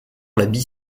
l’habit